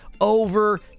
over